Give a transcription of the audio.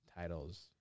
titles